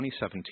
2017